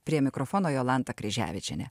prie mikrofono jolanta kryževičienė